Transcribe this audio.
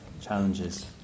challenges